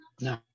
No